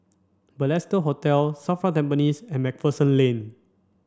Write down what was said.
Balestier Hotel SAFRA Tampines and MacPherson Lane